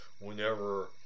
Whenever